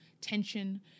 tension